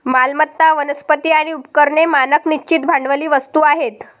मालमत्ता, वनस्पती आणि उपकरणे मानक निश्चित भांडवली वस्तू आहेत